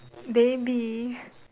they be